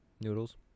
noodles